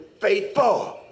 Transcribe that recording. faithful